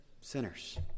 Sinners